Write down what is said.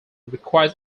requires